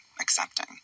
accepting